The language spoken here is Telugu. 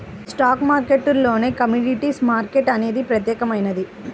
స్టాక్ మార్కెట్టులోనే కమోడిటీస్ మార్కెట్ అనేది ప్రత్యేకమైనది